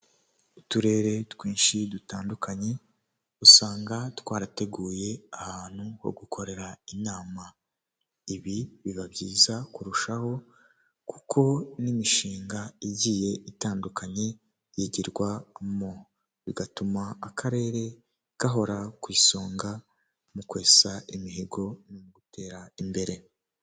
Uturere twinshi dutandukanye, usanga twarateguye ahantu ho gukorera inama. Ibi biba byiza kurushaho, kuko n'imishinga igiye itandukanye yigirwa mo. Bigatuma akarere gahora ku isonga, mu kwesa imihigo no mu gutera imbere.